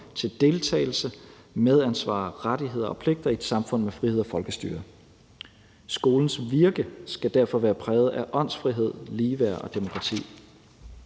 til deltagelse, medansvar, rettigheder og pligter i et samfund med frihed og folkestyre. Skolens virke skal derfor være præget af åndsfrihed, ligeværd og demokrati.«